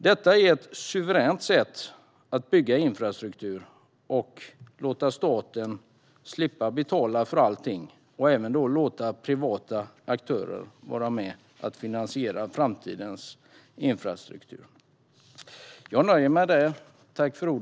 Detta är ett suveränt sätt att bygga infrastruktur, att låta staten slippa betala för allting och låta även privata aktörer vara med och finansiera framtidens infrastruktur.